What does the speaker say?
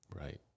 Right